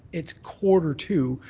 it's quarter to.